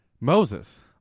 Moses